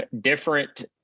different